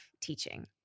teaching